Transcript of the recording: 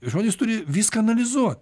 žmonės turi viską analizuot